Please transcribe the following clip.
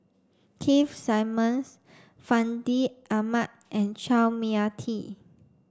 Keith Simmons Fandi Ahmad and Chua Mia Tee